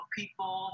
people